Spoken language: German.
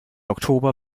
oktober